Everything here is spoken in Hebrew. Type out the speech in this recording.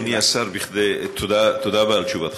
אדוני השר, תודה רבה על תשובתך,